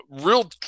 real